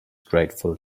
grateful